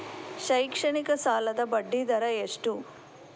ಶೈಕ್ಷಣಿಕ ಸಾಲದ ಬಡ್ಡಿ ದರ ಎಷ್ಟು?